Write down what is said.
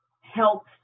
helps